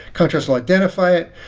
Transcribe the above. contrast will identify it.